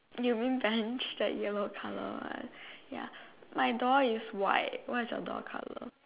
you mean Bench that yellow colour right ya my door is white what is your door colour